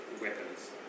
weapons